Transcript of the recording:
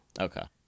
Okay